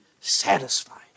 satisfied